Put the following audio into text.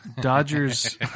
Dodgers